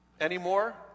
anymore